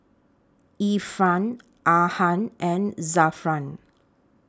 Irfan Ahad and Zafran